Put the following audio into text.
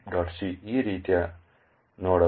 c ಈ ರೀತಿಯ ನೋಡಲು